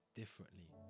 differently